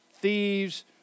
thieves